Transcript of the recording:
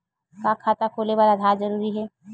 का खाता खोले बर आधार जरूरी हे?